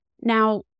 Now